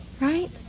Right